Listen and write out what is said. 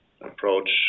approach